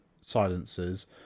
silences